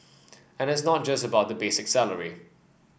and it's not just about the basic salary